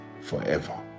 forever